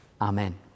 Amen